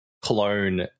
clone